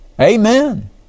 Amen